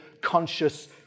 conscious